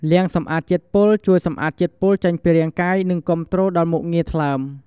លាងសម្អាតជាតិពុល ជួយសម្អាតជាតិពុលចេញពីរាងកាយ និងគាំទ្រដល់មុខងារថ្លើម។